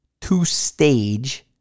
two-stage